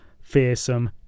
fearsome